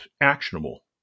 actionable